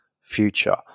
future